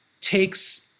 Takes